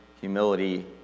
humility